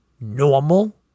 normal